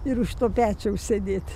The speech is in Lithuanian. ir už to pečiaus sėdėt